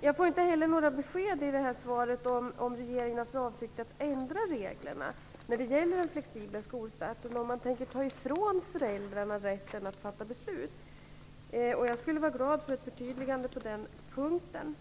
Jag får i svaret inte heller några besked i frågan om regeringen har för avsikt att ändra reglerna för den flexibla skolstarten och om man tänker ta ifrån föräldrarna rätten att fatta beslut. Jag skulle vara glad för ett förtydligande på den punkten.